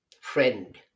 friend